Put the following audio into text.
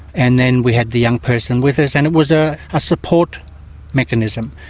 and then we had the young person with us and it was a ah support mechanism.